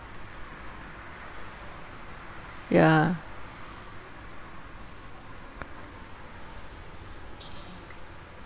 ya